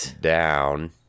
down